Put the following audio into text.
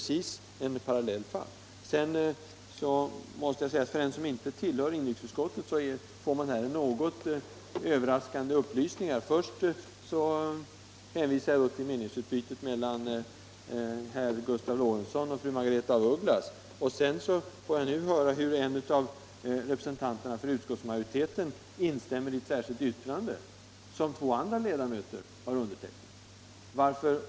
Den som inte tillhör inrikesutskottet får här överraskande upplysningar. Först hänvisar jag till meningsutbytet mellan herr Gustav Lorentzon och fru Margaretha af Ugglas. Sedan får vi höra hur en representant för utskottsmajoriteten instämmer i ett särskilt yttrande, som två andra ledamöter har undertecknat.